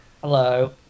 Hello